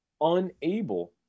unable